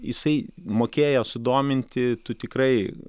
jisai mokėjo sudominti tu tikrai